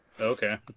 Okay